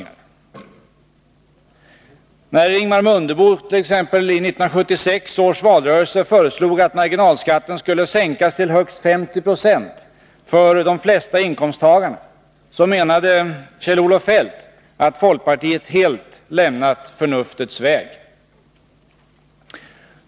När t.ex. Ingemar Mundebo i 1976 års valrörelse föreslog att marginalskatten skulle sänkas till högst 50 90 för de flesta inkomsttagarna, menade Kjell-Olof Feldt att folkpartiet helt lämnat förnuftets väg.